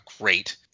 great